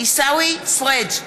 עיסאווי פריג'